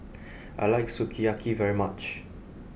I like Sukiyaki very much